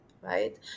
right